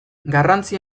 garrantzi